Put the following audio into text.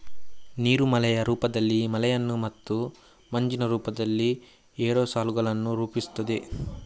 ನೀರು ಮಳೆಯ ರೂಪದಲ್ಲಿ ಮಳೆಯನ್ನು ಮತ್ತು ಮಂಜಿನ ರೂಪದಲ್ಲಿ ಏರೋಸಾಲುಗಳನ್ನು ರೂಪಿಸುತ್ತದೆ